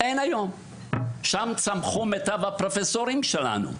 שם צמחו מיטב הפרופסורים שלנו.